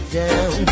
down